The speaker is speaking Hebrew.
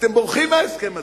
אתם בורחים מההסכם הזה.